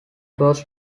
was